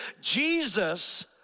Jesus